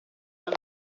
non